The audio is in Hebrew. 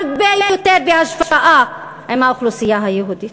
הרבה יותר בהשוואה עם האוכלוסייה היהודית.